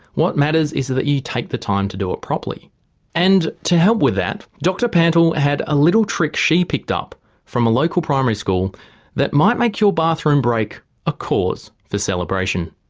what matters is that you take the time to do it properly and to help with that dr pantle had a little trick she picked up from a local primary school that might make your bathroom break a cause for celebration.